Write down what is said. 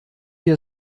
wir